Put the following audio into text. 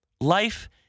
life